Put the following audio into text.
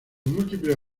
múltiples